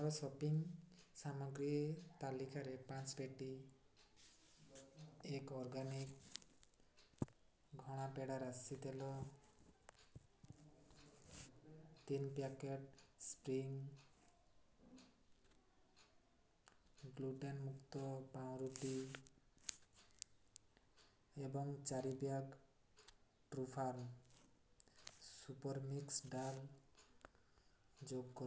ମୋର ସପିଂ ସାମଗ୍ରୀ ତାଲିକାରେ ପାଞ୍ଚ ପେଟି ଏକ ଅର୍ଗାନିକ୍ ଘଣା ପେଡ଼ା ରାଶି ତେଲ ତିନି ପ୍ୟାକେଟ୍ ସ୍ପ୍ରିଙ୍ଗ୍ ଗ୍ଲୁଟେନ୍ ମୁକ୍ତ ପାଉରୁଟି ଏବଂ ଚାରି bag true farm super mix dal ଯୋଗକରନ୍ତୁ